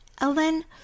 Ellen